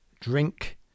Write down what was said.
drink